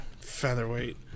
Featherweight